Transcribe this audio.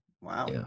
Wow